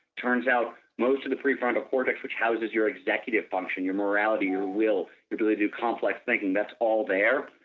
turns out most of the pre-frontal cortex which houses your executive function, your morality, your will, your ability to complex thinking that's all there,